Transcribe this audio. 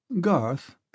Garth